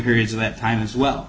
periods of that time as well